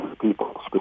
people